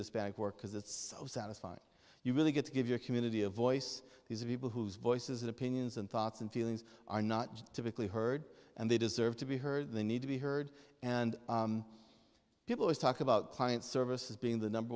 this back work because it's so satisfying you really get to give your community a voice these are people whose voices opinions and thoughts and feelings are not typically heard and they deserve to be heard they need to be heard and people is talk about client services being the number